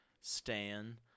Stan